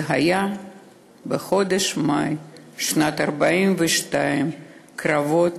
זה היה בחודש מאי שנת 1942. קרבות